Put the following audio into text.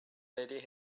lady